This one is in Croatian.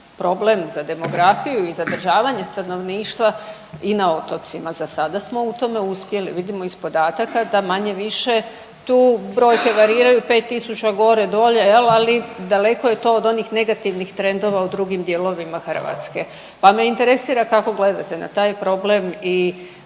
problem za demografiju i zadržavanje stanovništva i na otocima. Za sada smo u tome uspjeli. Vidimo iz podataka da manje-više tu brojke variraju 5000 gore, dolje jel'? Ali daleko je to od onih negativnih trendova u drugim dijelovima Hrvatske, pa me interesira kako gledate na taj problem i